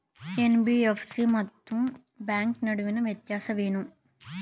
NBFC ಮತ್ತು bank ನಡುವಿನ ವ್ಯತ್ಯಾಸವೇನು?